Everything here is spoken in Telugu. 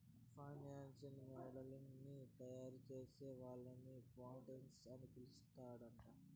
ఫైనాన్సియల్ మోడలింగ్ ని తయారుచేసే వాళ్ళని క్వాంట్స్ అని పిలుత్తరాంట